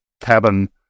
cabin